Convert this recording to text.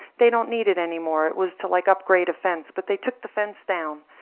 they don't need it anymore. it was to like, upgrade a fence, but they took the fence down.